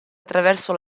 attraverso